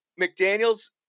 McDaniels